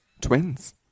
twins